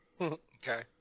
okay